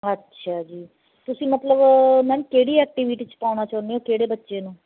ਅੱਛਾ ਜੀ ਤੁਸੀਂ ਮਤਲਬ ਮੈਮ ਕਿਹੜੀ ਐਕਟੀਵਿਟੀ 'ਚ ਪਾਉਣਾ ਚਾਹੁੰਦੇ ਹੋ ਕਿਹੜੇ ਬੱਚੇ ਨੂੰ